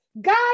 God